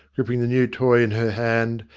gripping the new toy in her hand,